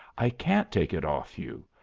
i can't take it off you.